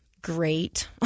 great